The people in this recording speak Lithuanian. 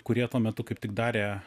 kurie tuo metu kaip tik darė